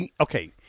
okay